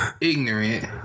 ignorant